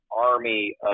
army